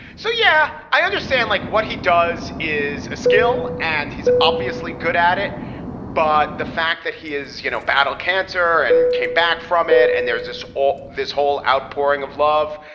so, yeah, i understand like what he does is a skill and he's obviously good at it but the fact that he is, you know, battled cancer and came back from it and there's this all this whole outpouring of love.